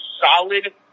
solid